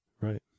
right